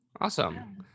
Awesome